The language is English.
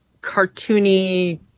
cartoony